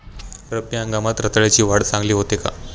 रब्बी हंगामात रताळ्याची वाढ चांगली होते का?